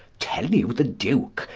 tell you the duke,